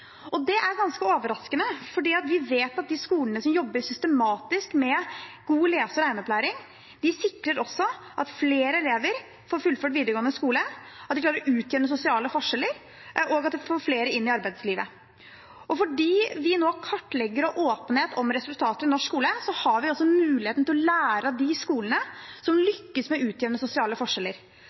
Det er ganske overraskende, for vi vet at de skolene som jobber systematisk med god lese- og regneopplæring, også sikrer at flere elever får fullført videregående skole. De klarer å utjevne sosiale forskjeller, og de får flere inn i arbeidslivet. Fordi vi nå kartlegger og har åpenhet om resultater i norsk skole, har vi også muligheten til å lære av de skolene som lykkes med å utjevne sosiale forskjeller.